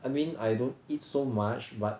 I mean I don't eat so much but